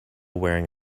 wearing